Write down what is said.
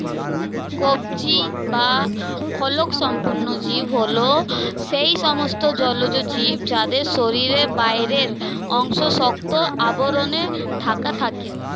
কবচী বা খোলকসম্পন্ন জীব হল সেই সমস্ত জলজ জীব যাদের শরীরের বাইরের অংশ শক্ত আবরণে ঢাকা থাকে